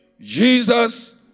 Jesus